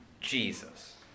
Jesus